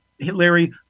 Larry